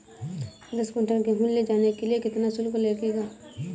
दस कुंटल गेहूँ ले जाने के लिए कितना शुल्क लगेगा?